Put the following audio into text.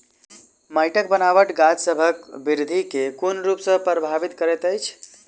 माइटक बनाबट गाछसबक बिरधि केँ कोन रूप सँ परभाबित करइत अछि?